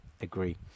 Agree